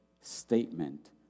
statement